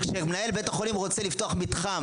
כשמנהל בית החולים רוצה לפתוח מתחם